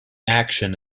action